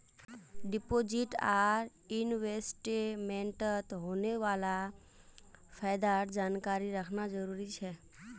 deposit आर इन्वेस्टमेंटत होने वाला फायदार जानकारी रखना जरुरी छे